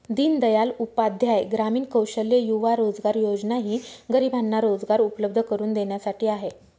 दीनदयाल उपाध्याय ग्रामीण कौशल्य युवा रोजगार योजना ही गरिबांना रोजगार उपलब्ध करून देण्यासाठी आहे